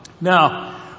Now